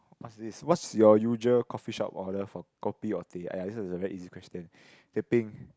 what is this what is your usual coffee shop order for kopi or tea !aiya! this one is a very easy question teh teh-peng